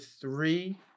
three